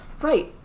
Right